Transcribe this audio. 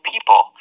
people